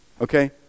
okay